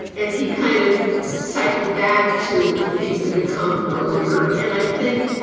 and he kind of cycled back to a theme that had come earlier. and i think,